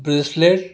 bracelet